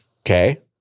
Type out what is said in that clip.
Okay